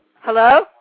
Hello